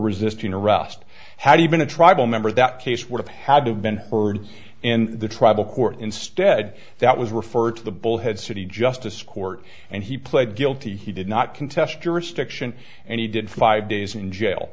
resisting arrest how do you mean a tribal member that case would have had to have been heard in the tribal court instead that was referred to the bullhead city justice court and he pled guilty he did not contest jurisdiction and he did five days in jail